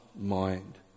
mind